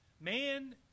man